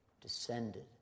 descended